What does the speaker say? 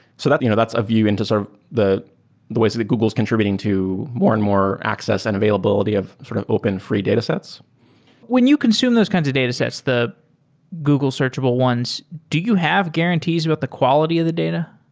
so that's you know that's a view into sort of the the ways that google is contributing to more and more access and availability of sort of open free datasets when you consume those kinds of datasets, the google searchable ones, do you have guarantees about the quality of the data?